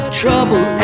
trouble